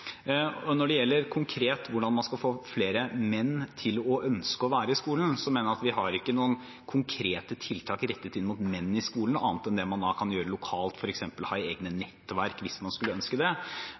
Når det gjelder hvordan man skal få flere menn til å ønske å være i skolen, har vi ikke noen konkrete tiltak rettet inn mot menn i skolen annet enn det man da kan gjøre lokalt, f.eks. ha egne